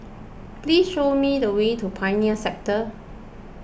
please show me the way to Pioneer Sector